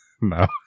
No